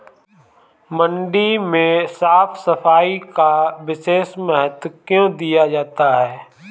मंडी में साफ सफाई का विशेष महत्व क्यो दिया जाता है?